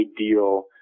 ideal